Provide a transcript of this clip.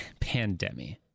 Pandemic